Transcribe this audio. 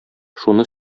шуны